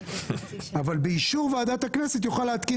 אבל באישור ועדת הכנסת יוכל להתקין